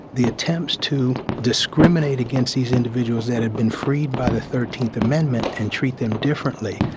the attempts to discriminate against these individuals that had been freed by the thirteenth amendment and treat them differently,